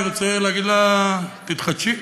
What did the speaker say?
אני רוצה להגיד לה: תתחדשי,